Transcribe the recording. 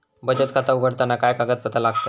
बचत खाता उघडताना काय कागदपत्रा लागतत?